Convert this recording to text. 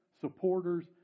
supporters